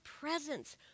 presence